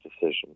decision